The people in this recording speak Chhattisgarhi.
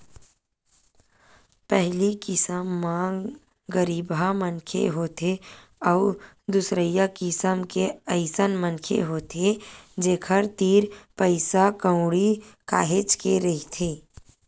पहिली किसम म गरीबहा मनखे होथे अउ दूसरइया किसम के अइसन मनखे होथे जेखर तीर पइसा कउड़ी काहेच के रहिथे